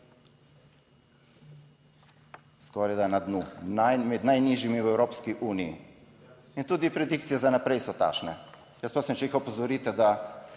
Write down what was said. Skorajda na dnu, med najnižjimi v Evropski uniji in tudi predikcije za naprej so takšne. Prosim, če jih opozorite, da